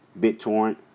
BitTorrent